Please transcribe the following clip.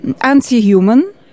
anti-human